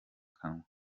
kanwa